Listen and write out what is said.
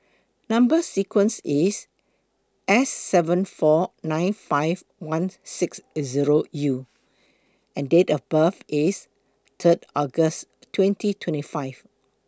Number sequence IS S seven four nine five one six Zero U and Date of birth IS Third August twenty twenty five